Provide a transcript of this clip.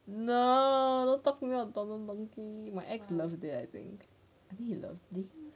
no don't talk to me about don don donki my ex love that